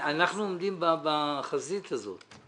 אנחנו עומדים בחזית הזאת.